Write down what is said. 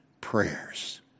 prayers